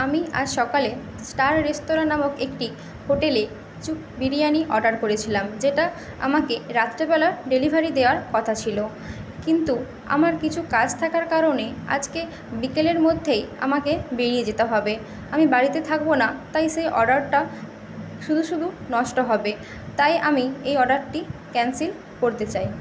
আমি আজ সকালে স্টার রেস্তোরা নামক একটি হোটেলে কিছু বিরিয়ানি অর্ডার করেছিলাম যেটা আমাকে রাত্রেবেলা ডেলিভারি দেওয়ার কথা ছিল কিন্তু আমার কিছু কাজ থাকার কারণে আজকে বিকেলের মধ্যেই আমাকে বেরিয়ে যেতে হবে আমি বাড়িতে থাকবো না তাই সেই অর্ডারটা শুধু শুধু নষ্ট হবে তাই আমি এই অর্ডারটি ক্যানসেল করতে চাই